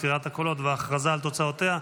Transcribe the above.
ספירת הקולות וההכרזה על תוצאותיה,